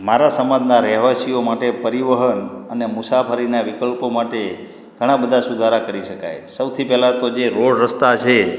મારા સમાજના રહેવાસીઓ માટે પરિવહન અને મુસાફરીના વિકલ્પો માટે ઘણાં બધા સુધારા કરી શકાય સૌથી પહેલાં તો જે રોડ રસ્તા છે